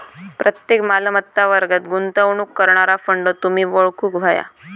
प्रत्येक मालमत्ता वर्गात गुंतवणूक करणारा फंड तुम्ही ओळखूक व्हया